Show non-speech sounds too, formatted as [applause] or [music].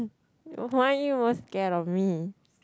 [noise] why are you most scared of me